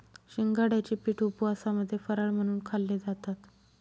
शिंगाड्याचे पीठ उपवासामध्ये फराळ म्हणून खाल्ले जातात